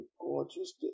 gorgeous